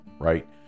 right